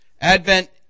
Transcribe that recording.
Advent